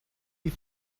you